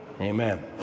Amen